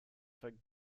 for